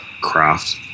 craft